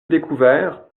découvert